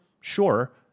sure